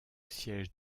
siège